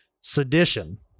Sedition